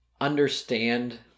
understand